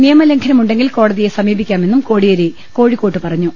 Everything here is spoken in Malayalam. നിയമ ലംഘനമുണ്ടെങ്കിൽ കോടതിയെ സമീപിക്കാമെന്നും കോടിയേരി കോഴി ക്കോട് പറഞ്ഞു